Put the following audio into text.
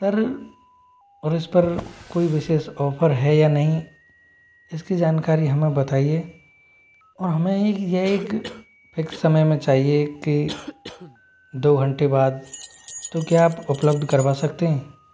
sir और इस पर कोई विशेष ऑफर है या नहीं इसकी जानकारी हमें बताइये और हमें की ये एक फिक्स समय में चाहिए कि दो घंटे बाद तो क्या आप उपलब्ध करवा सकते हैं